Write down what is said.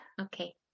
Okay